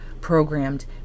programmed